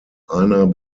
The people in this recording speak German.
einer